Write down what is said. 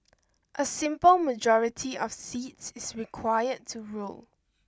a simple majority of seats is required to rule